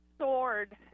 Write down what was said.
sword